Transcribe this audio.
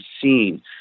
seen